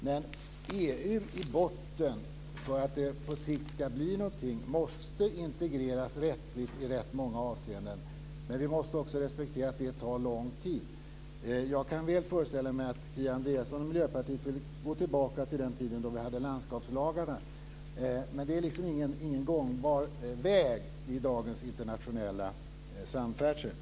Men EU i botten för att det på sikt ska bli någonting måste integreras rättsligt i rätt många avseenden, där vi också måste respektera att det tar lång tid. Jag kan väl föreställa mig att Kia Andreasson och Miljöpartiet vill gå tillbaka till den tid då vi hade landskapslagarna, men det är liksom ingen gångbar väg i dagens internationella samfärdsel.